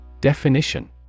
Definition